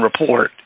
report